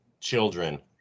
children